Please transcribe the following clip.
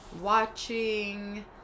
watching